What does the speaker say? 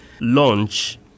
launch